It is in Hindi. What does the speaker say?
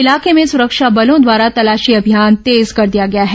इलाके में सुरक्षा बलों द्वारा तलाशी अभियान तेज कर दिया गया है